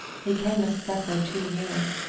he came a step or two nearer,